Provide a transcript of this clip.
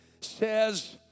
says